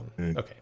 okay